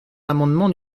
l’amendement